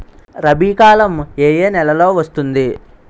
రబీ కాలం ఏ ఏ నెలలో వస్తుంది?